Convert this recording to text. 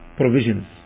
provisions